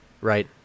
right